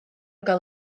gael